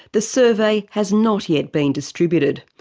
the survey has not yet been distributed.